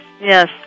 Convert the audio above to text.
yes